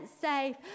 safe